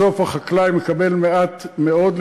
בסוף החקלאי מקבל מעט מאוד,